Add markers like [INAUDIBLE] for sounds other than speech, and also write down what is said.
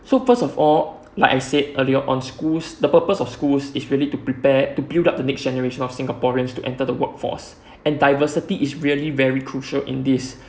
so first of all like I said earlier on schools the purpose of schools is really to prepare to build up the next generation of singaporeans to enter the work force [BREATH] and diversity is really very crucial in this [BREATH]